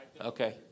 Okay